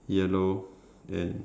yellow and